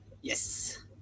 Yes